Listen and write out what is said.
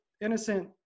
innocent